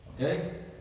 Okay